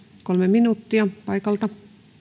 kolme minuuttia paikalta